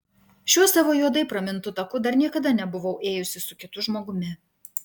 šiuo savo juodai pramintu taku dar niekada nebuvau ėjusi su kitu žmogumi